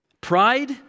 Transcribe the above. Pride